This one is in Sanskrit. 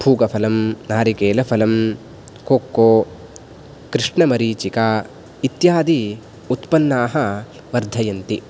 पूगफलं नारिकेलफलं कोक्को कृष्णमरीचिका इत्यादि उत्पन्नाः वर्धयन्ति